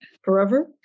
Forever